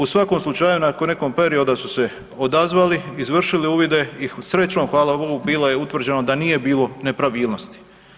U svakom slučaju, nakon nekog perioda su se odazvali, izvršili uvide, i srećom, hvala Bogu, bilo je utvrđeno da nije bilo nepravilnosti.